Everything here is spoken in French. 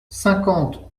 cinquante